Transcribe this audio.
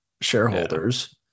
shareholders